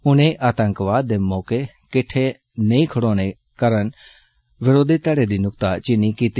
उनें आतंकवाद दे मौके किट्ठै नेह खडोने कारण विरोधी धड़े दी नुक्ताचीनी कीती